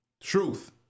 Truth